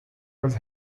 was